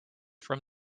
from